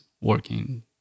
working